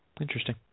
Interesting